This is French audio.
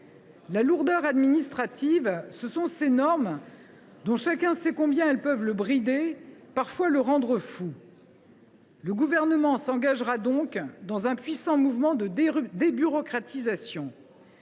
La lourdeur administrative, ce sont ces normes dont chacun sait combien elles peuvent le brider, parfois le rendre fou. Le Gouvernement s’engagera donc dans un puissant mouvement de débureaucratisation.